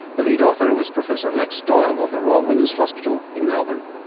the lead author was professor lex doyle of the royal women's hospital in melbourne.